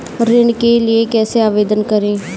ऋण के लिए कैसे आवेदन करें?